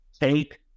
take